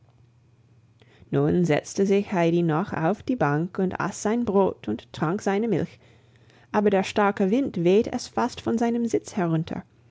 nun setzte sich heidi noch auf die bank und aß sein brot und trank seine milch aber der starke wind wehte es fast von seinem sitz herunter